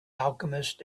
alchemist